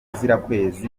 bizirakwezi